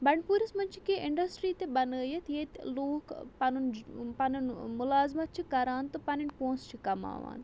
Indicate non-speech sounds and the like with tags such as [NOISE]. بَنڈپوٗرِس منٛز چھِ کیٚنٛہہ اِنڈَسٹِرٛی تہِ بَنٲیِتھ ییٚتہِ لوٗکھ پَنُن [UNINTELLIGIBLE] پَنُن مُلازمَت چھِ کَران تہٕ پَنٕنۍ پونٛسہٕ چھِ کَماوان